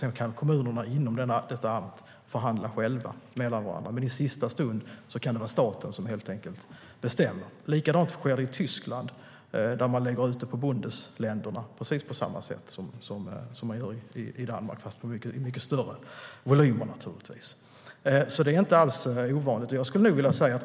Sedan kan kommunerna inom varje amt själva förhandla med varandra. Men i sista stund kan det vara staten som helt enkelt bestämmer. Likadant är det i Tyskland. Där lägger man ut fördelningen på bundesländerna på precis samma sätt som i Danmark, men där är det naturligtvis mycket större volymer.